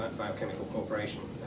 biochemical corporation.